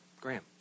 Graham